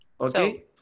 Okay